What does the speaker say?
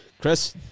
Chris